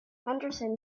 henderson